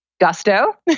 gusto